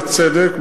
בצדק,